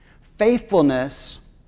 Faithfulness